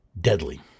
deadly